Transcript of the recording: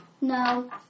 No